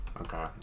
okay